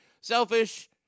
selfish